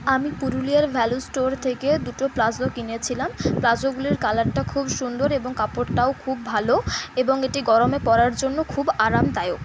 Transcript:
আমি পুরুলিয়ার value store থেকে দুটো প্যালাজো কিনেছিলাম প্যালাজোগুলির কালারটা খুব সুন্দর এবং কাপড়টাও খুব ভালো এবং এটি গরমে পরার জন্য খুব আরামদায়ক